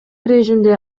режимде